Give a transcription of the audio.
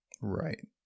Right